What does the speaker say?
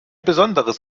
besonderes